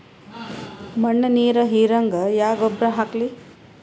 ಮಣ್ಣ ನೀರ ಹೀರಂಗ ಯಾ ಗೊಬ್ಬರ ಹಾಕ್ಲಿ?